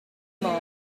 moor